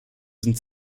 sind